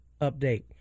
update